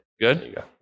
Good